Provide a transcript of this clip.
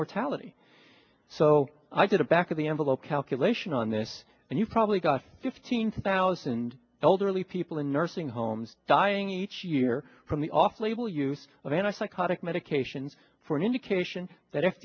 mortality so i did a back of the envelope calculation on this and you probably got fifteen thousand elderly people in nursing homes dying each year from the off label use of anti psychotic medications for an indication that